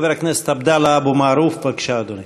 חבר הכנסת עבדאללה אבו מערוף, בבקשה, אדוני.